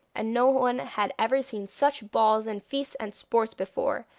and no one had ever seen such balls and feasts and sports before.